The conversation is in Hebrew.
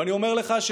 ואני אומר לך,